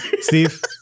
Steve